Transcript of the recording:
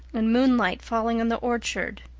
and moonlight falling on the orchard,